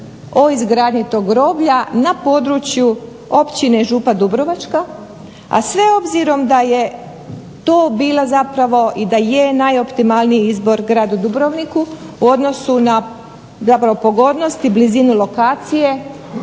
o izgradnji tog groblja na području općine Župa Dubrovačka, a sve obzirom da je to bila zapravo i da je najoptimalniji izbor gradu Dubrovniku u odnosu na zapravo pogodnosti, blizini lokacije,